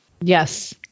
Yes